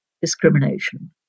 discrimination